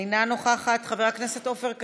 אינה נוכחת, חבר הכנסת עופר כסיף,